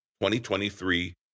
2023